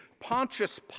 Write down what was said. Pontius